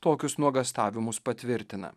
tokius nuogąstavimus patvirtina